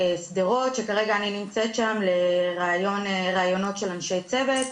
שדרות שכרגע אני נמצאת שם לריאיונות של אנשי צוות,